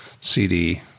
CD